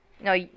No